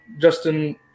Justin